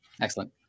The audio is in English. Excellent